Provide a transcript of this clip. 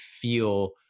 feel